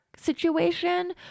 situation